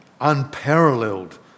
unparalleled